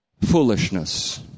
foolishness